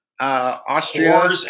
Austria